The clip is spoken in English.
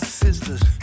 sisters